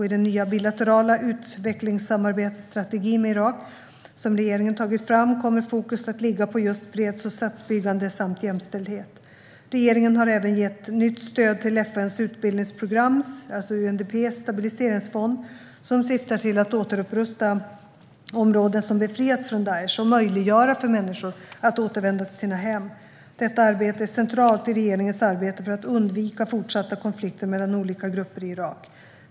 I den nya bilaterala utvecklingssamarbetesstrategi med Irak som regeringen har tagit fram kommer fokus att ligga på just freds och statsbyggande samt jämställdhet. Regeringen har även gett nytt stöd till FN:s utvecklingsprograms, UNDP:s, stabiliseringsfond som syftar till att återupprusta områden som befriats från Daish och möjliggöra för människor att återvända till sina hem. Detta arbete är centralt i regeringens arbete för att undvika fortsatta konflikter mellan olika grupper i Irak.